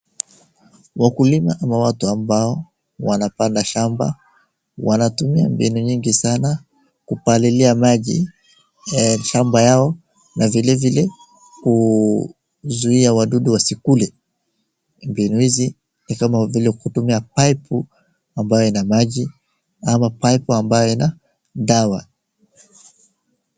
Wakulima ama watu ambao wanapanda shamba, wanatumia mbinu mingi sana kupalilia maji ili shamba yao na vilevile kuzuia wadudu wasikule. Mbinu hizi ni kama vile kutumia paipu ambayo ina maji ama paipu ambayo ina dawa.